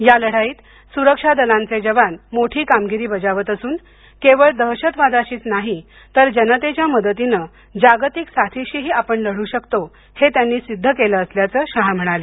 या लढाईत सुरक्षा दलांचे जवान मोठी कामगिरी बजावत असून केवळ दहशतवादाशीच नाही तर जनतेच्या मदतीनं जागतिक साथीशीही आपण लढू शकतो हे त्यांनी सिद्ध केलं असल्याचं शहा म्हणाले